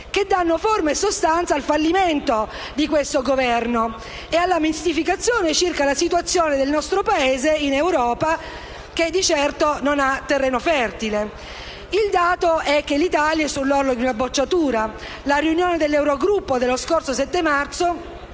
che danno forma e sostanza al fallimento di questo Governo e alla mistificazione circa la situazione del nostro Paese in Europa, che di certo non ha terreno fertile. Il dato è che l'Italia è sull'orlo di una bocciatura. La riunione dell'Eurogruppo dello scorso 7 marzo